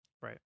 Right